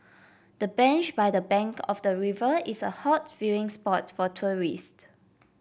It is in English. the bench by the bank of the river is a hot viewing spot for tourist